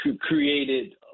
created